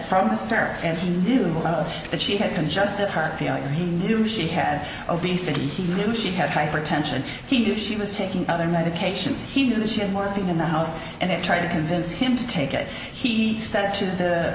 from the start and he knew that she had congestive heart failure he knew she had obesity he knew she had hypertension he did she was taking other medications he knew that she had more thing in the house and they tried to convince him to take it he s